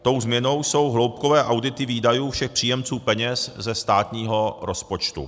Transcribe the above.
Tou změnou jsou hloubkové audity výdajů všech příjemců peněz ze státního rozpočtu.